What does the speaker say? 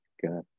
Good